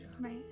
Right